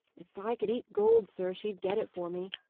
if i could eat gold, sir, she'd get it for me,